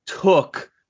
took